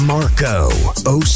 Marco